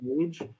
age